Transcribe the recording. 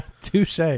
touche